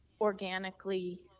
organically